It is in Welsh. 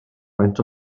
faint